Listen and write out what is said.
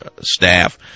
staff